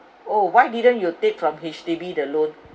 oh why didn't you take from H_D_B the loan